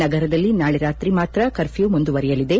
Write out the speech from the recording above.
ನಗರದಲ್ಲಿ ನಾಳೆ ರಾತ್ರಿ ಮಾತ್ರ ಕರ್ಫ್ಯೂ ಮುಂದುವರಿಯಲಿದೆ